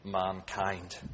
mankind